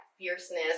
fierceness